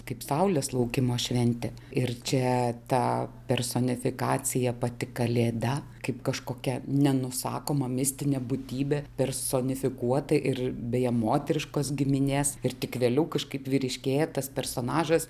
kaip saulės laukimo šventė ir čia ta personifikacija pati kalėda kaip kažkokia nenusakoma mistinė būtybė personifikuota ir beje moteriškos giminės ir tik vėliau kažkaip vyriškėja tas personažas